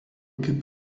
kaip